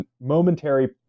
momentary